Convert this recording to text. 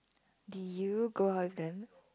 did you go out with them